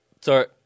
Sorry